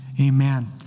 amen